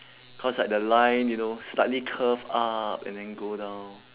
cause like the line you know slightly curve up and then go down